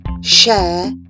share